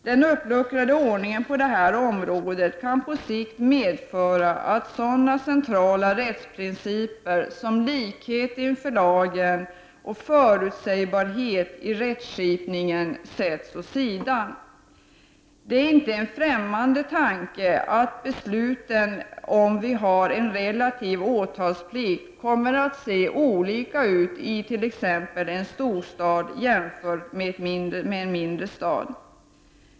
Den uppluckrade ordningen på detta område kan på sikt medföra att sådana centrala rättsprinciper som likhet inför lagen och förutsägbarhet i rättskipningen sätts åt sidan. Det är inte en främmande tanke att besluten vid en relativ åtalsplikt kommer att se olika ut it.ex. en storstad jämfört med en mindre ort.